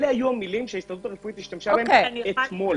אלו היו המילים שההסתדרות הרפואית השתמשה בהן אתמול.